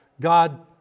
God